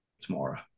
tomorrow